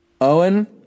Owen